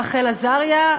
רחל עזריה,